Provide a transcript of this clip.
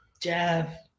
Jav